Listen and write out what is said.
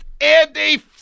andy